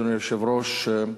אדוני היושב-ראש,